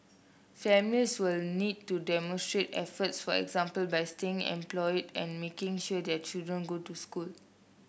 families will need to demonstrate efforts for example by staying employed and making sure their children go to school